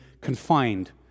confined